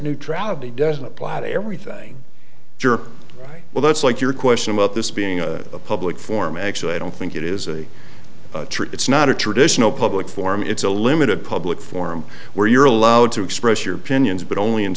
neutrality doesn't apply to everything jerk right well that's like your question about this being a public forum actually i don't think it is a trick it's not a traditional public forum it's a limited public forum where you're allowed to express your opinions but only in